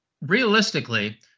realistically